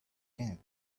camp